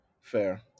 fair